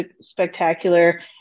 spectacular